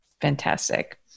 Fantastic